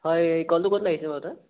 হয় কলটো ক'ত লাগিছে বাৰু তাত